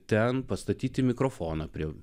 ten pastatyti mikrofoną prie